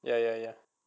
ya ya ya